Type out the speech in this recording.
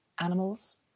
animals